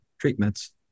treatments